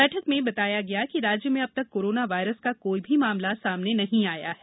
बैठक में बताया गया कि राज्य में अब तक कोरोना वायरस का कोई भी मामला सामने नहीं आया है